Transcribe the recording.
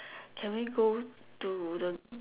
can we go to the